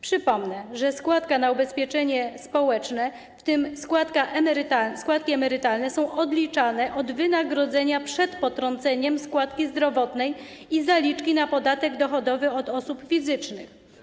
Przypomnę, że składki na ubezpieczenie społeczne, w tym składki emerytalne, są odliczane od wynagrodzenia przed potrąceniem składki zdrowotnej i zaliczki na podatek dochodowy od osób fizycznych.